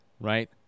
right